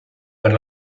per